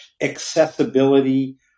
accessibility